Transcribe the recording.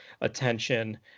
attention